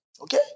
Okay